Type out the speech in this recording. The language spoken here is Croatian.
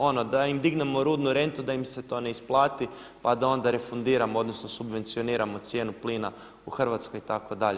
Ono da im dignemo rudnu rentu da im se to ne isplati pa da onda refundiramo, odnosno subvencioniramo cijenu plina u Hrvatskoj itd.